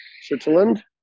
Switzerland